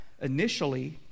initially